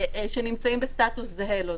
שנמצאים בסטטוס זהה לו.